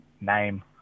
name